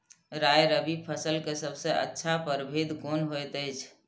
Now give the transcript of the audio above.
राय रबि फसल के सबसे अच्छा परभेद कोन होयत अछि?